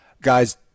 Guys